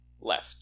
left